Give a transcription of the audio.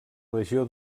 legió